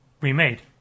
remade